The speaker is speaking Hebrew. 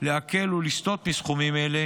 להקל ולסטות מסכומים אלו,